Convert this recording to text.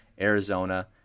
Arizona